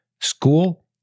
school